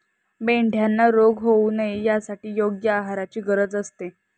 मेंढ्यांना रोग होऊ नये यासाठी योग्य आहाराची गरज असते